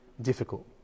Difficult